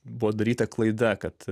buvo daryta klaida kad